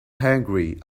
hungry